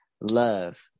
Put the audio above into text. love